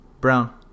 Brown